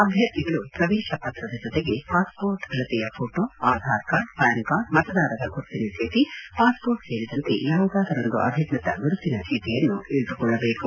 ಅಧ್ವರ್ಥಿಗಳು ಪ್ರವೇಶ ಪತ್ರದ ಜೊತೆಗೆ ಪಾಸ್ಮೋರ್ಟ್ ಅಳತೆಯ photo Aadhaar card PAN card ಮತದಾರರ ಗುರುತಿನ ಚೀಟಿ ಪಾಸ್ಮೋರ್ಟ್ ಸೇರಿದಂತೆ ಯಾವುದಾದರೊಂದು ಅಧಿಕೃತ ಗುರುತಿನ ಚೀಟಿಯನ್ನು ಇಟ್ಟುಕೊಳ್ಳಬೇಕು